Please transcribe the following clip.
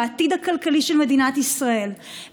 בעתיד הכלכלי של מדינת ישראל,